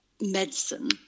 medicine